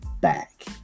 back